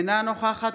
אינו נוכח מירב כהן,